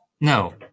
no